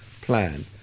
plan